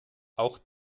auch